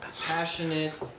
passionate